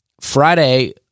friday